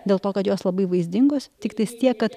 dėl to kad jos labai vaizdingos tiktais tiek kad